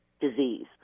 disease